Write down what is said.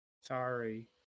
sorry